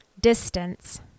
Distance